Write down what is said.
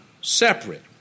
Separate